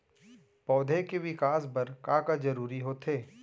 पौधे के विकास बर का का जरूरी होथे?